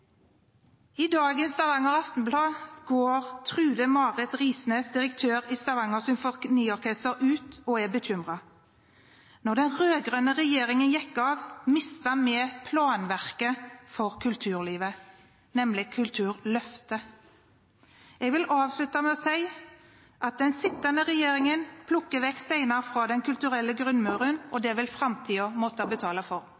I dagens Stavanger Aftenblad går Trude Marit Risnes, direktør i Stavanger symfoniorkester, ut og er bekymret. Da den rød-grønne regjeringen gikk av, mistet vi planverket for kulturlivet, nemlig Kulturløftet. Jeg vil avslutte med å si at den sittende regjeringen plukker vekk steiner fra den kulturelle grunnmuren, og det vil framtiden måtte betale for.